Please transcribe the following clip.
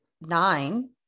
nine